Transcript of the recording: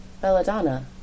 Belladonna